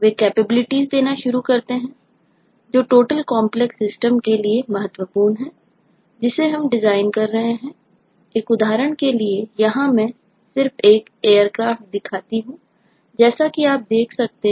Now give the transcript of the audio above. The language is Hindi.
वे कैपेबिलिटीज मौजूद हैं